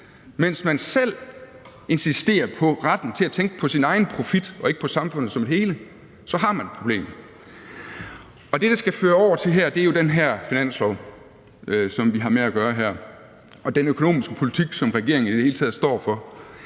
mens man selv insisterer på retten til at tænke på sin egen profit og ikke på samfundet som et hele, så har man et problem. Kl. 15:24 Det, som det her skal føre over til, er jo den finanslov, som vi her har med at gøre, og i det hele taget den økonomiske politik, som regeringen står for.